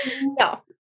No